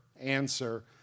answer